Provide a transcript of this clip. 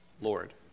lord